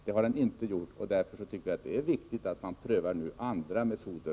Det har den inte gjort, och därför tycker vi att det nu är viktigt att man prövar andra metoder.